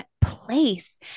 place